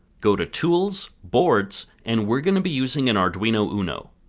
go to tools, boards, and we are going to be using an arduino uno.